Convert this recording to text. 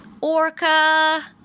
Orca